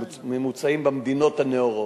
ממוצעים במדינות הנאורות.